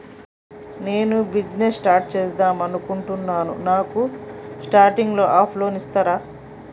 నేను business start చేద్దామనుకుంటున్నాను నాకు స్టార్టింగ్ అప్ లోన్ ఇస్తారా?